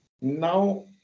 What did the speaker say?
Now